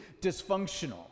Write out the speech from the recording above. dysfunctional